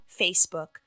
Facebook